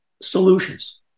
solutions